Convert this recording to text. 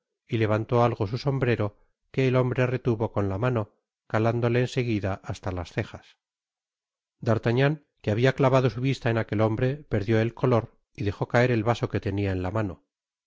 y levantó algo su sombrero que el hombre retuvo con la mano calándole en seguida hasta las cejas d'artagnan que habia clavado su vista en aquel hombre perdió el color y dejó caer el vaso que tenia en la mano